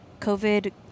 COVID